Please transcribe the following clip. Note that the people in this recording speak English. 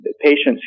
patients